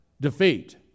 defeat